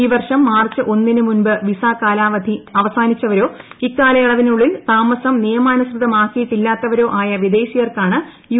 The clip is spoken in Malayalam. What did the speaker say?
ഈ വർഷം മാർച്ച് ഒന്നിന് മുമ്പ് വിസാ കാലാവധി അവസാനിച്ചവരോ ഇക്കാലയളവിനുള്ളിൽ താമസം നിയമാനുസൃതമാക്കിയിട്ടില്ലാത്തവരോ ആയ വിദേശീയർക്കാണ് യു